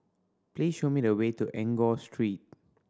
please show me the way to Enggor Street